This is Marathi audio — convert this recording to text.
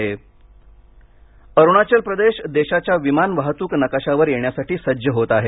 अरुणाचल प्रदेश अरुणाचल प्रदेश देशाच्या विमान वाहतूक नकाशावर येण्यासाठी सज्ज होत आहे